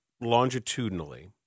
longitudinally